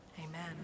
Amen